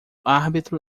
árbitro